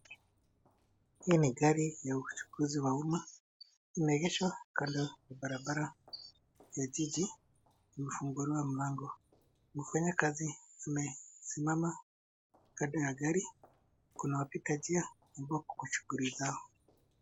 Hii ni gari ya uchukuzi wa umma imeegeshwa kando ya barabara ya jiji. Imefunguliwa mlango, mfanyikazi amesimama kando ya gari, kuna wapita njia ambao wako shughuli zao.